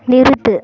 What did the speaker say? நிறுத்து